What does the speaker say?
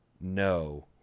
no